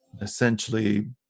Essentially